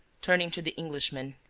turning to the englishman,